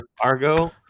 Argo